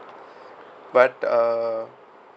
but uh